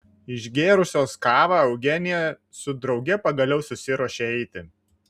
išgėrusios kavą eugenija su drauge pagaliau susiruošė eiti